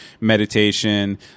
meditation